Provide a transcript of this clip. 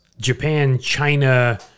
Japan-China